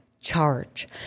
charge